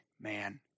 man